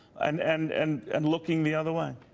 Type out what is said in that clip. and and and and looking the other way?